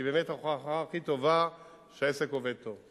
באמת ההוכחה הכי טובה שהעסק עובד טוב.